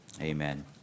amen